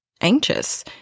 anxious